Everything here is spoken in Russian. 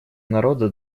народа